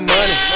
Money